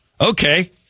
Okay